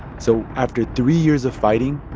so after three years of fighting,